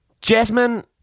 Jasmine